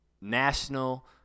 national